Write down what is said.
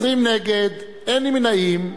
20 נגד, אין נמנעים.